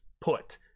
put